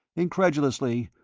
incredulously,